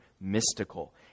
mystical